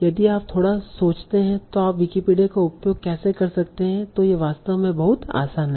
यदि आप थोड़ा सोचते हैं तो आप विकिपीडिया का उपयोग कैसे कर सकते हैं तों यह वास्तव में बहुत आसान है